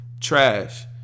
Trash